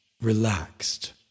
relaxed